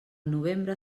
novembre